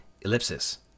ellipsis